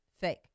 Fake